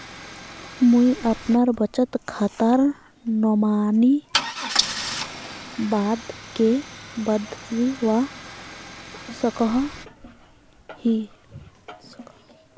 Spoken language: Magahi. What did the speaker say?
मुई अपना बचत खातार नोमानी बाद के बदलवा सकोहो ही?